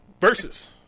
Versus